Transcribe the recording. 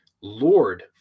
Lord